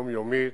יומיומית,